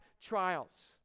trials